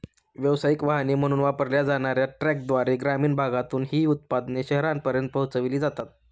व्यावसायिक वाहने म्हणून वापरल्या जाणार्या ट्रकद्वारे ग्रामीण भागातून ही उत्पादने शहरांपर्यंत पोहोचविली जातात